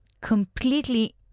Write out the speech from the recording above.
completely